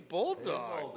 Bulldog